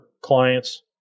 clients